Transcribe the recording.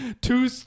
two